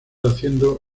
haciendo